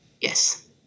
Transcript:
Yes